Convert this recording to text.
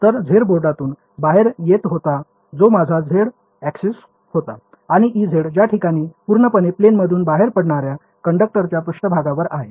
तर z बोर्डातून बाहेर येत होता जो माझा z ऍक्सिस होता आणि Ez ज्याठिकाणी पूर्णपणे प्लेनमधुन बाहेर पडणार्या कंडक्टरच्या पृष्ठभागावर आहे